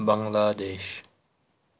Bangladesh